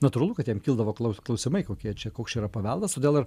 natūralu kad jiem kildavo klau klausimai kokie čia koks čia yra paveldas todėl ir